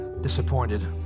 disappointed